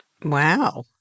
Wow